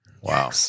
Wow